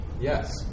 Yes